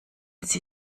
sie